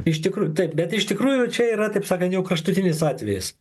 iš tikrųjų taip bet iš tikrųjų čia yra taip sakant jau kraštutinis atvejis